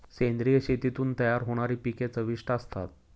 सेंद्रिय शेतीतून तयार होणारी पिके चविष्ट असतात